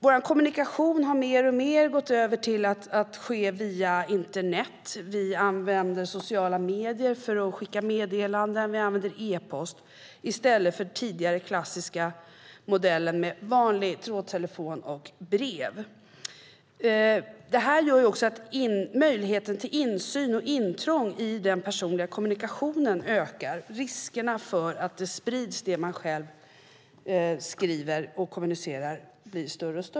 Vår kommunikation har mer och mer gått över till att ske via internet, vi använder sociala medier för att skicka meddelanden, och vi använder e-post i stället för den tidigare klassiska modellen med vanlig trådtelefon och brev. Detta gör också att möjligheten till insyn och intrång i den personliga kommunikationen ökar riskerna för att det som man själv skriver och kommunicerar sprids.